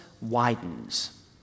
widens